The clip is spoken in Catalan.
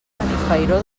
benifairó